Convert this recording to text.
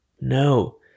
no